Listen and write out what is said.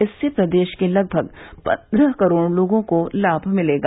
इससे प्रदेश के लगभग पन्द्रह करोड़ लोगों को लाभ मिलेगा